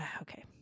Okay